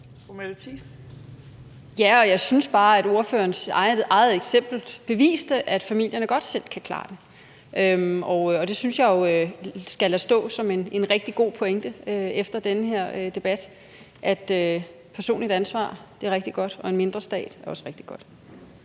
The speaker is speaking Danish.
Ja, og jeg synes bare, at ordførerens eget eksempel beviste, at familierne godt selv kan klare det. Og det synes jeg jo skal stå som en rigtig god pointe efter den her debat, altså at personligt ansvar er rigtig godt, og en mindre stat er også rigtig godt.